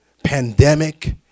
pandemic